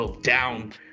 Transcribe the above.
down